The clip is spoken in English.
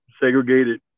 segregated